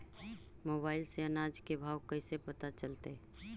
Mobile से अनाज के भाव कैसे पता चलतै?